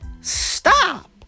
stop